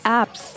apps